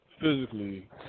physically